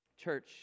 Church